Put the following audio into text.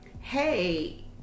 hey